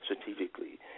strategically